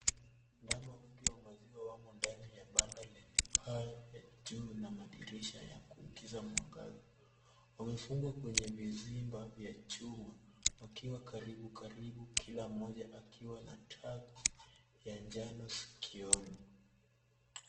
Ndama wengi wa maziwa wamo ndani ya banda lenye paa juu na madirisha ya kuingiza mwangaza. Wamefungwa kwenye vizimba vya chuma wakiwa karibu karibu kila mmoja akiwa na tap ya njano sikioni.